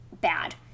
bad